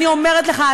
אני אומרת לך,